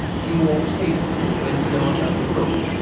he walks hastily twenty yards up the brook,